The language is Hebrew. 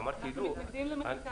אנחנו מתנגדים למחיקה.